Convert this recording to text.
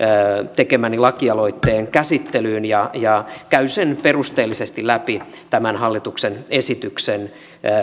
tekemäni lakialoitteen käsittelyyn ja ja käy sen perusteellisesti läpi tämän hallituksen esityksen